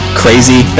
crazy